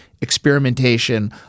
experimentation